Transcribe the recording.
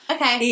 Okay